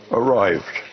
arrived